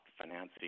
financing